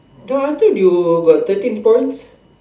no I thought you got thirteen points